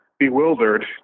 bewildered